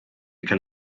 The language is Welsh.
cael